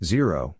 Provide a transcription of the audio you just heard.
Zero